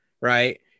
right